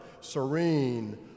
serene